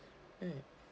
mm